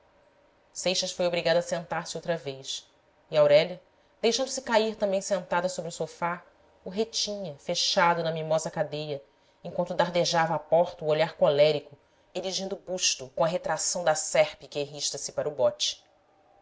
seixas foi obrigado a sentar-se outra vez e aurélia deixando-se cair também sentada sobre o sofá o retinha fechado na mimosa cadeia enquanto dardejava à porta o olhar colérico erigindo o busto com a retração serpe que enrista se para o bote